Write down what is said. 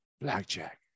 blackjack